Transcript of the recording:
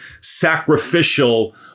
sacrificial